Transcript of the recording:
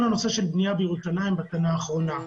הנושא של בנייה בירושלים בשנה האחרונה.